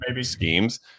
schemes